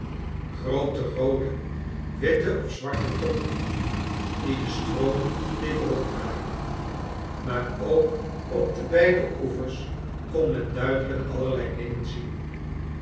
groote roode witte of zwarte tonnen die de stroom deed ronddraaien maar ook op de beide oevers kon men duidelijk allerlei dingen zien